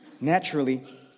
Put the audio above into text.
Naturally